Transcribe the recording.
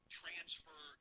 transfer